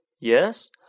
Yes